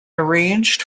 arranged